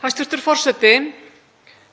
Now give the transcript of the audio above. Hæstv. forseti.